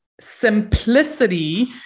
simplicity